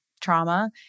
trauma